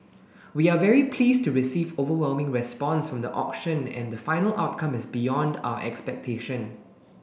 we are very pleased to receive overwhelming response from the auction and the final outcome is beyond our expectation